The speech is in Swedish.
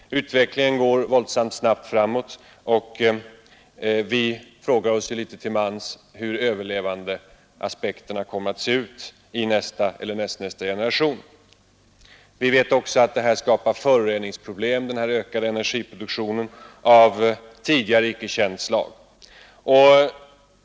Utvecklingen går våldsamt snabbt framåt, och vi frågar oss lite till mans hur överlevandeaspekten kan komma att se ut i nästa eller nästnästa generation. Vi vet också att den ökade energiproduktionen skapar avfallsoch föroreningsproblem av tidigare icke kända slag.